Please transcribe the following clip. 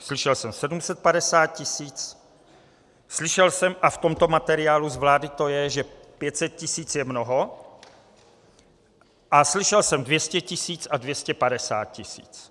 Slyšel jsem 750 tisíc, slyšel jsem, a v tomto materiálu z vlády to je, že 500 tisíc je mnoho, a slyšel jsem 200 tisíc a 250 tisíc.